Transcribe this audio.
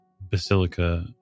basilica